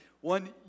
One